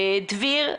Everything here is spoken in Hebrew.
דביר,